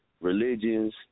religions